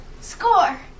Score